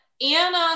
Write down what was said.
Anna